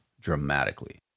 dramatically